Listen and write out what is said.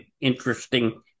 interesting